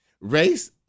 race